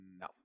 No